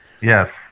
Yes